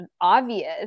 obvious